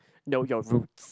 know your roots